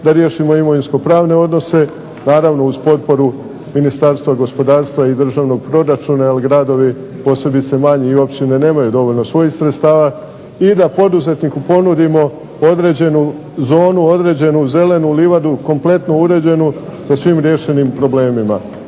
da riješimo imovinsko-pravne odnose, naravno uz potporu Ministarstva gospodarstva i Državnog proračuna jer gradovi, posebice manji, i općine nemaju dovoljno svojih sredstava. I da poduzetniku ponudimo određenu zonu, određenu zelenu livadu kompletno uređenu sa svim riješenim problemima.